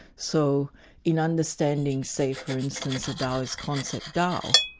so in understanding say, for instance, a daoist concept, dao,